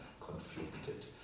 conflicted